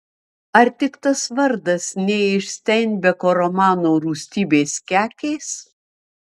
ar tik tas vardas ne iš steinbeko romano rūstybės kekės